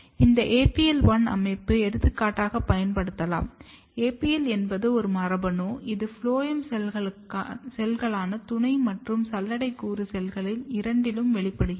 இந்த APL1 அமைப்பு எடுத்துக்காட்டாகப் பயன்படுத்தலாம் APL என்பது ஒரு மரபணு ஆகும் இது ஃபுளோயம் செல்களான துணை மற்றும் சல்லடை கூறு செல்கள் இரண்டிலும் வெளிப்படுகிறது